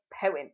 poem